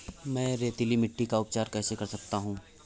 मैं रेतीली मिट्टी का उपचार कैसे कर सकता हूँ?